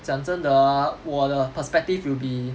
讲真的 ah 我的 perspective will be